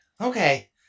okay